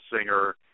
singer